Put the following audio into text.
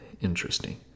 interesting